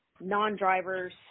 non-drivers